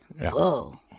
Whoa